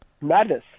Madness